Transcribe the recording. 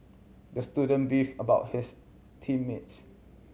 the student beefed about his team mates